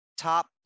top